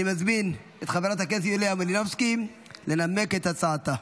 אני מזמין את חברת הכנסת יוליה מלינובסקי לנמק את הצעתה.